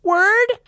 Word